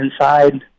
inside